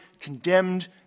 condemned